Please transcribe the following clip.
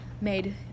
made